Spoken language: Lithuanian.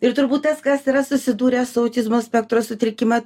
ir turbūt tas kas yra susidūrę su autizmo spektro sutrikimą